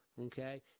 Okay